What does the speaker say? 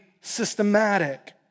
systematic